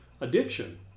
addiction